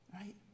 Right